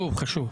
חשוב, חשוב.